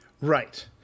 Right